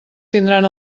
tindran